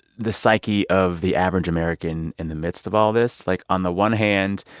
the psyche of the average american in the midst of all this? like, on the one hand,